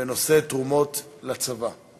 בנושא: תרומות לצבא,